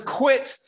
quit